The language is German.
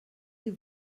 die